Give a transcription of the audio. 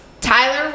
Tyler